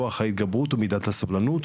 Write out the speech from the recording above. כוח ההתגברות ומידת הסבלנות,